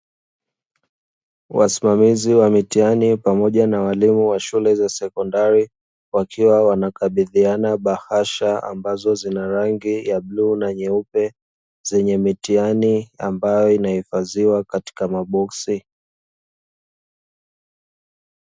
Wasimamizi wa mitihani pamoja na walimu wa shule za sekondari wakiwa wanakabidhiana bahasha ambazo zina rangi ya bluu na nyeupe zenye mitihani ambayo inahifadhiwa katika maboksi.